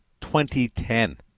2010